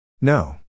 No